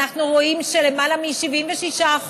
אנחנו רואים שלמעלה מ-76%,